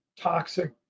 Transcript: toxic